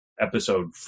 episode